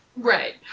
Right